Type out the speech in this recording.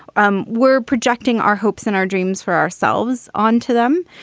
um we're projecting our hopes and our dreams for ourselves onto them.